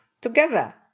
together